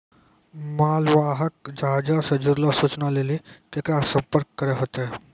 मालवाहक जहाजो से जुड़लो सूचना लेली केकरा से संपर्क करै होतै?